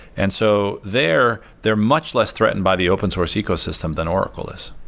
and so there, they're much less threatened by the open source ecosystem than oracle is.